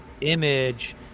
image